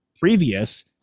previous